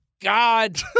God